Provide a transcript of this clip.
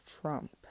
Trump